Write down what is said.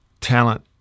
talent